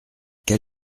quel